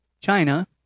china